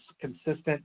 consistent